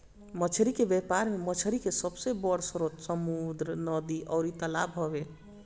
मछली के व्यापार में मछरी के सबसे बड़ स्रोत समुंद्र, नदी अउरी तालाब हवे